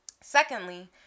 Secondly